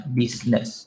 business